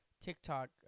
TikTok